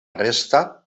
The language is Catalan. resta